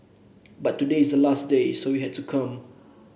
but today is the last day so we had to come